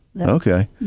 Okay